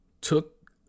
took